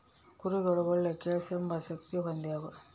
ಕುರಿಗುಳು ಒಳ್ಳೆ ಕೇಳ್ಸೆಂಬ ಶಕ್ತಿ ಹೊಂದ್ಯಾವ